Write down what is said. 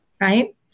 Right